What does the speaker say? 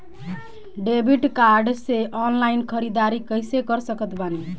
Debit card से online ख़रीदारी कैसे कर सकत बानी?